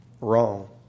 wrong